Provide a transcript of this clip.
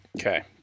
Okay